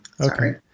Okay